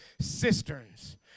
cisterns